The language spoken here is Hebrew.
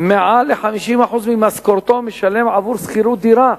ומעל ל-50% ממשכורתו הוא משלם עבור שכירת דירה,